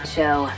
Show